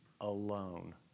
alone